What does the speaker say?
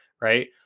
right